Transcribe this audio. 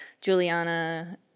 Juliana